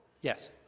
Yes